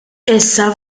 issa